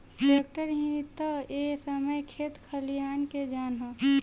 tractor ही ता ए समय खेत खलियान के जान ह